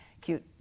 cute